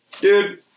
dude